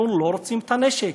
אנחנו לא רוצים את הנשק.